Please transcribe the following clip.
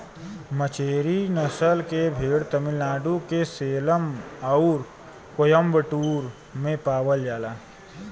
मचेरी नसल के भेड़ तमिलनाडु के सेलम आउर कोयम्बटूर में पावल जाला